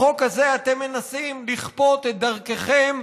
בחוק הזה אתם מנסים לכפות את דרככם,